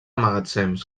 magatzems